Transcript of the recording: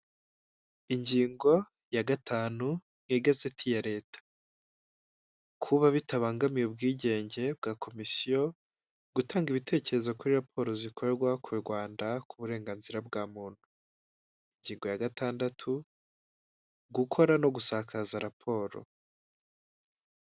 Ingingo ya gatanu mu igazeti ya leta, kuba bitabangamiye ubwigenge bwa komisiyo, gutanga ibitekerezo kuri raporo zikorwa ku Rwanda ku burenganzira bwa muntu, ingingo ya gatandatu gukora no gusakaza raporo.